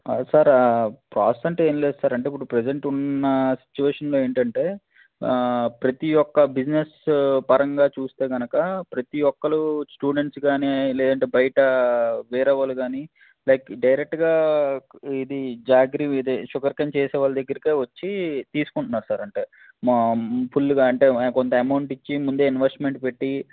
sir process అంటూ ఏం లేదు సార్ అంటే ఇప్పుడు ప్రజెంట్ ఉన్న సిచ్యుయేషన్లో ఏంటంటే ప్రతీ ఒక్క బిజినెస్ పరంగా చూస్తే కనుక ప్రతీ ఒక్కరు స్టూడెంట్స్ కానీ లేదు అంటే బయటా వేరేవాళ్ళు కానీ లైక్ డైరెక్ట్గా ఇది జాగరీ ఇది షుగర్ కేన్ చేసేవాళ్ళ దగ్గరికే వచ్చి తీసుకుంటున్నారు సార్ అంటే ఫుల్గా అంటే కొంత అమౌంట్ ఇచ్చి ముందే ఇన్వెస్ట్మెంట్ పెట్టి